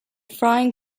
frying